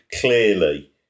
clearly